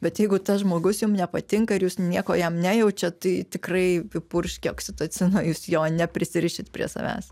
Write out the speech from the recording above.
bet jeigu tas žmogus jum nepatinka ir jūs nieko jam nejaučiat tai tikrai pripurškę oksitocino jūs jo neprisirišit prie savęs